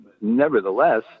nevertheless